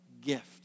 gift